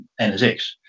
NSX